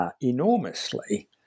enormously